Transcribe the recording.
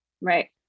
right